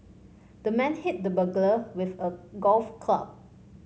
the man hit the burglar with a golf club